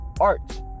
art